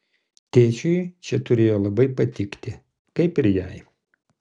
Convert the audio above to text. tėčiui čia turėjo labai patikti kaip ir jai